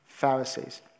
Pharisees